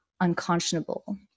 unconscionable